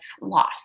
loss